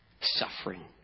Suffering